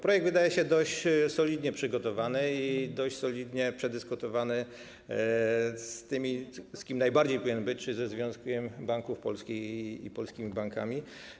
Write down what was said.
Projekt wydaje się dość solidnie przygotowany i dość solidnie przedyskutowany z podmiotami, z którym najbardziej powinien być, czyli ze Związkiem Banków Polskich i z polskimi bankami.